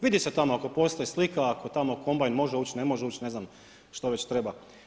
Vidi se tamo, ako postoji slika, ako tamo kombajn može ući, ne može ući, ne znam što već treba.